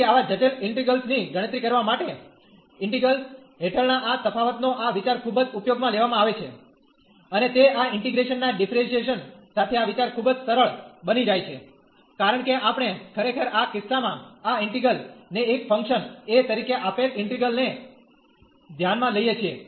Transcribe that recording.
તેથી આવા જટિલ ઇન્ટિગ્રેલ્સ ની ગણતરી કરવા માટે ઇન્ટિગલ હેઠળના આ તફાવતનો આ વિચાર ખૂબ જ ઉપયોગમાં લેવામાં આવે છે અને તે આ ઇન્ટીગ્રેશન ના ડીફરેંશીયેશન સાથે આ વિચાર ખૂબ જ સરળ બની જાય છે કારણ કે આપણે ખરેખર આ કિસ્સામાં આ ઇન્ટિગ્રલ ને એક ફંકશન a તરીકે આપેલ ઇન્ટિગ્રલ ને ધ્યાનમાં લઈએ છીએ